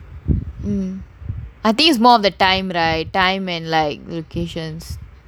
mm I think it's more of the time right time and like locations